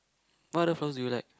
what other flowers do you like